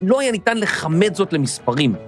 ‫לא היה ניתן לכמת זאת למספרים.